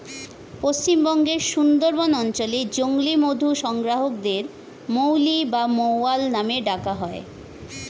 পশ্চিমবঙ্গের সুন্দরবন অঞ্চলে জংলী মধু সংগ্রাহকদের মৌলি বা মৌয়াল নামে ডাকা হয়